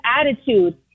attitude